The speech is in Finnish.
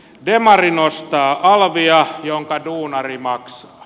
demari nostaa alvia jonka duunari maksaa